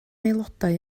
aelodau